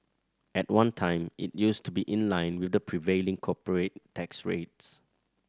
at one time it used to be in line with the prevailing corporate tax rates